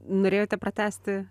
norėjote pratęsti